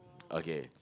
okay